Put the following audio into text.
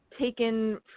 Taken